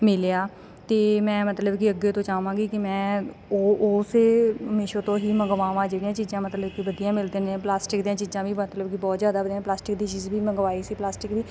ਮਿਲਿਆ ਅਤੇ ਮੈਂ ਮਤਲਬ ਕਿ ਅੱਗੇ ਤੋਂ ਚਾਹਵਾਂਗੀ ਕਿ ਉਹ ਉਸੇ ਮੀਸ਼ੋ ਤੋਂ ਹੀ ਮੰਗਵਾਵਾਂ ਜਿਹੜੀਆਂ ਚੀਜ਼ਾਂ ਮਤਲਬ ਕਿ ਵਧੀਆਂ ਮਿਲਦੇ ਨੇ ਪਲਾਸਟਿਕ ਦੀਆਂ ਚੀਜ਼ਾਂ ਵੀ ਮਤਲਬ ਕਿ ਬਹੁ ਜ਼ਿਆਦਾ ਵਧੀਆ ਪਲਾਸਟਿਕ ਦੀ ਚੀਜ਼ ਵੀ ਮੰਗਵਾਈ ਸੀ ਪਲਾਸਟਿਕ ਦੀ